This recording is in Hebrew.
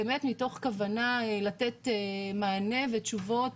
באמת מתוך כוונה לתת מענה ותשובות,